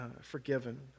forgiven